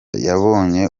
yabonye